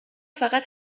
فقط